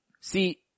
See